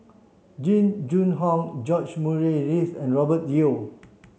Jing Jun Hong George Murray Reith and Robert Yeo